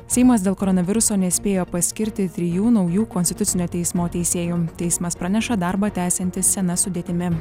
seimas dėl koronaviruso nespėjo paskirti trijų naujų konstitucinio teismo teisėjų teismas praneša darbą tęsiantis sena sudėtimi